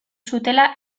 zutela